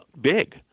big